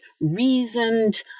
reasoned